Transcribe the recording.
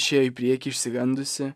išėjo į priekį išsigandusi